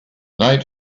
night